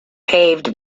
paved